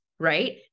Right